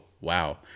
wow